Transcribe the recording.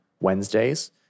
Wednesdays